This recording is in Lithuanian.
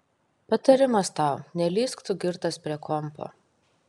patarimas tau nelįsk tu girtas prie kompo